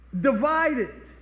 Divided